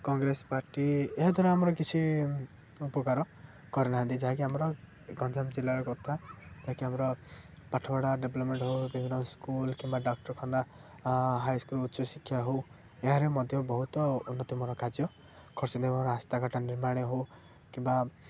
Congress party ଏହା ଦ୍ୱାରା ଆମର କିଛି ଉପକାର କରିନାହାନ୍ତି ଯାହାକି ଆମର ଗଞ୍ଜାମ ଜିଲ୍ଲାର କଥା ଯାହାକି ଆମର ପାଠପଢ଼ା ଡେଭ୍ଲପ୍ମେଣ୍ଟ ହଉ ବିଭିନ୍ନ ସ୍କୁଲ୍ କିମ୍ବା ଡାକ୍ତରଖାନା ହାଇ ସ୍କୁଲ୍ ଉଚ୍ଚ ଶିକ୍ଷା ହଉ ଏହାରି ମଧ୍ୟ ବହୁତ ଉନ୍ନତିମୂଳ କାର୍ଯ୍ୟ ରାସ୍ତାଘାଟ ନିର୍ମାଣ ହଉ କିମ୍ବା